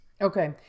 Okay